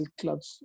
clubs